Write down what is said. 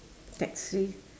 taxi